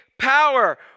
power